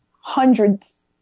hundreds